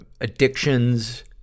addictions